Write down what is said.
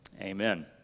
amen